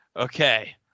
Okay